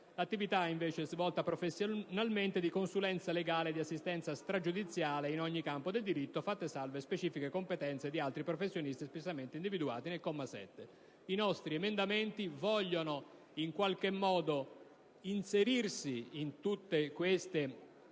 l'attività, svolta professionalmente, di consulenza legale e di assistenza stragiudiziale in ogni campo del diritto, fatte salve specifiche competenze di altri professionisti espressamente individuati nel comma 7. I nostri emendamenti vogliono inserirsi in tutte queste